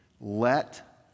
let